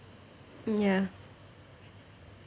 ya